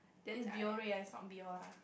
it's Biore I thought Biora